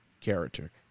character